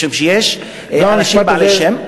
משום שיש אנשים בעלי שם,